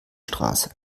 straße